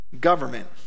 government